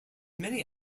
many